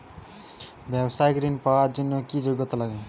ব্যবসায়িক ঋণ পাওয়ার জন্যে কি যোগ্যতা প্রয়োজন?